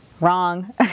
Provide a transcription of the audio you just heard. Wrong